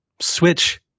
Switch